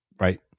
right